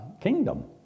kingdom